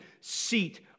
seat